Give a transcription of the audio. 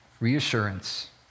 reassurance